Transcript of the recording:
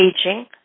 aging